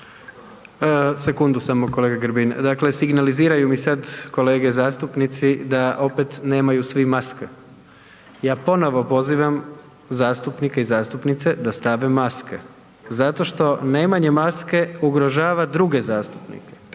Sekundu samo, kolega Grbin. Dakle, signaliziraju mi sad kolege zastupnici da opet nemaju svi maske. Ja ponovo pozivam zastupnike i zastupnice da stave maske zato što nemanjem maske, ugrožava druge zastupnike.